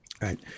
Right